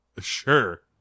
sure